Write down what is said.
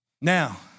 Now